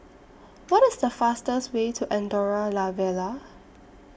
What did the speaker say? What IS The fastest Way to Andorra La Vella